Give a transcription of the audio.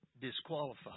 disqualified